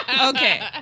okay